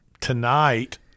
tonight